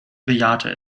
bejahte